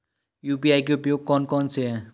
UPI के उपयोग कौन कौन से हैं?